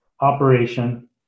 operation